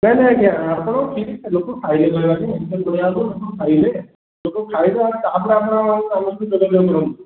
ନାଇଁ ନାଇଁ ଆଜ୍ଞା ଆପଣ ଟା ଲୋକ ଖାଇଲେ ଲୋକ ଖାଇଲେ ଲୋକ ଖାଇବେ ତା'ପରେ ଆମେ ଆଉ